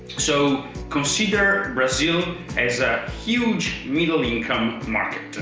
so consider brazil as a huge middle-income market.